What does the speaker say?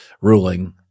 ruling